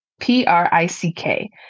P-R-I-C-K